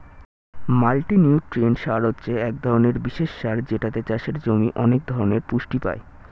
multinutrient সার হচ্ছে এক ধরণের বিশেষ সার যেটাতে চাষের জমি অনেক ধরণের পুষ্টি পায়